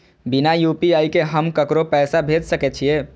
बिना यू.पी.आई के हम ककरो पैसा भेज सके छिए?